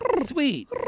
sweet